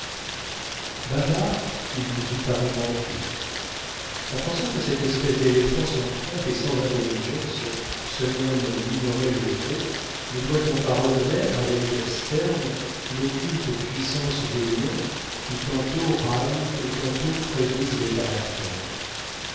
bavard il vous eût paru manqué en pensant que cette espèce d'éléphant sans trompe et sans intelligence se nomme minoret levrault ne doit-on pas reconnaître avec sterne l'occulte puissance des noms qui tantôt raillent et tantôt prédisent les caractères